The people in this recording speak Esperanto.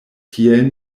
tiel